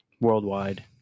worldwide